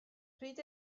pryd